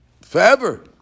forever